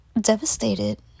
devastated